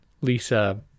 Lisa